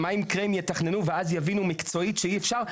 מה יקרה אם יתכננו ואז יבינו מקצועית שאי אפשר,